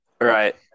Right